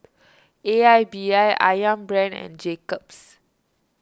A I B I Ayam Brand and Jacob's